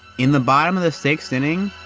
in the bottom of the sixth inning,